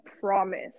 promise